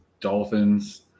Dolphins